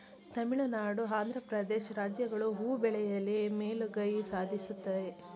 ತಮಿಳುನಾಡು, ಆಂಧ್ರ ಪ್ರದೇಶ್ ರಾಜ್ಯಗಳು ಹೂ ಬೆಳೆಯಲಿ ಮೇಲುಗೈ ಸಾಧಿಸುತ್ತದೆ